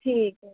ਠੀਕ